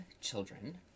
children